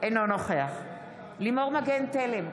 אינו נוכח לימור מגן תלם,